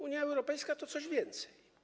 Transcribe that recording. Unia Europejska to coś więcej.